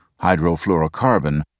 hydrofluorocarbon